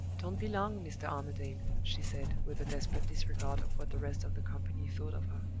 don't be long, mr. armadale! she said, with a desperate disregard of what the rest of the company thought of her.